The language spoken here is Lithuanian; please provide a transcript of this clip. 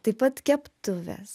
taip pat keptuvės